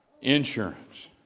Insurance